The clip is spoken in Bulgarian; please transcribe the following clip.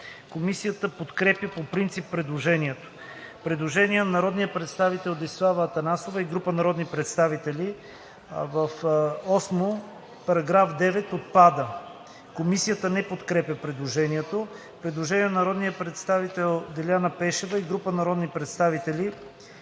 Комисията подкрепя по принцип предложението. Предложение на народния представител Десислава Атанасова и група народни представители: „VIII. § 9 отпада.“ Комисията не подкрепя предложението. Предложение на народния представител Деляна Пешева и група народни представители.